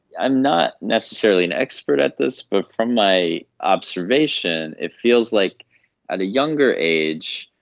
i'm not necessarily an expert at this, but from my observation, it feels like at a younger age,